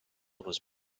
was